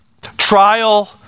Trial